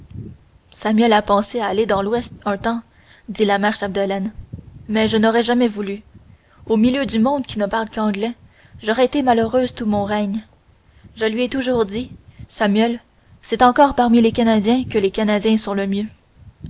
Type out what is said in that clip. samuel a pensé à aller dans l'ouest un temps dit la mère chapdelaine mais je n'aurai jamais voulu au milieu de monde qui ne parle que l'anglais j'aurais été malheureuse tout mon règne je lui ai toujours dit samuel c'est encore parmi le canadiens que les canadiens sont le mieux